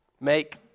Make